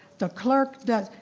the clerk does,